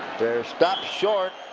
they're stopped short.